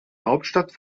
hauptstadt